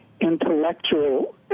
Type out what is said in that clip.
intellectual